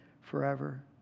forever